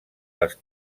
les